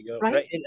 Right